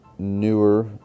Newer